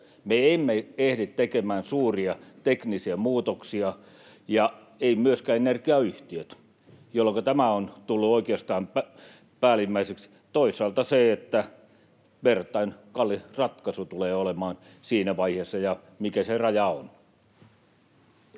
Me emme ehdi tekemään suuria teknisiä muutoksia, eivätkä myöskään energiayhtiöt, jolloinka tämä on tullut oikeastaan päällimmäiseksi. Toisaalta se, että verrattain kallis ratkaisu se tulee olemaan siinä vaiheessa, ja mikä se raja on.